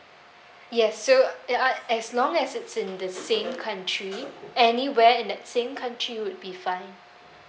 yes so uh as long as it's in the same country anywhere in that same country would be fine